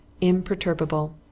imperturbable